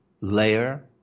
layer